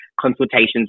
consultations